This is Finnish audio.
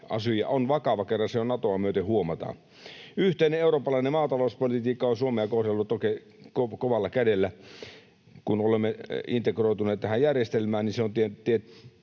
Asia on vakava, kun kerran se jo Natoa myöten huomataan. Yhteinen eurooppalainen maatalouspolitiikka on Suomea kohdellut oikein kovalla kädellä. Kun olemme integroituneet tähän järjestelmään, se on